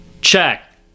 Check